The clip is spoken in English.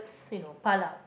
know pile up